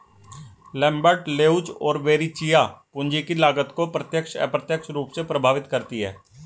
Lambert, Leuz और Verrecchia, पूंजी की लागत को प्रत्यक्ष, अप्रत्यक्ष रूप से प्रभावित करती है